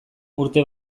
urte